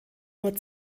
nur